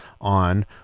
on